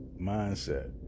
Mindset